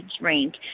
drink